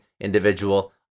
individual